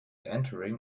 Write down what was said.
entering